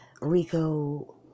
Rico